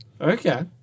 Okay